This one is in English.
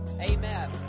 Amen